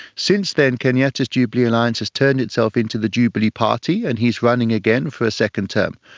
since then, kenyatta's jubilee alliance has turned itself into the jubilee party and he's running again for a second term.